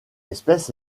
espèce